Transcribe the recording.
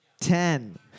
ten